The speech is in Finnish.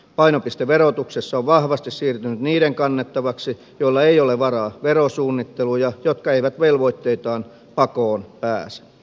painopiste verotuksessa on vahvasti siirtynyt niiden kannettavaksi joilla ei ole varaa verosuunnitteluun ja jotka eivät velvoitteitaan pakoon pääse